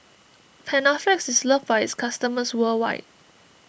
Panaflex is loved by its customers worldwide